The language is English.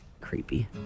creepy